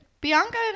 Bianca